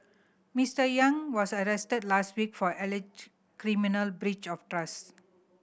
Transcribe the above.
Mister Yang was arrested last week for alleged criminal breach of trust